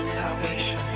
salvation